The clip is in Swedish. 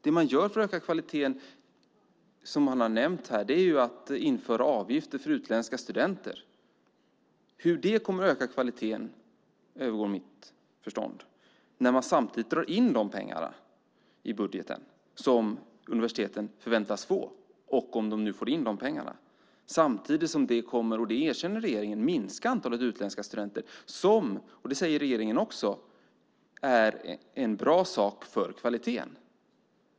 Det man gör för att öka kvaliteten, som man har nämnt här, är att införa avgifter för utländska studenter. Hur det kommer att öka kvaliteten övergår mitt förstånd när man samtidigt drar in de pengar i budgeten som universiteten förväntas få. Samtidigt kommer det, och det erkänner regeringen, att minska antalet utländska studenter som, och det säger regeringen också, är en bra sak för kvaliteten.